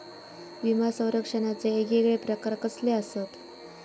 विमा सौरक्षणाचे येगयेगळे प्रकार कसले आसत?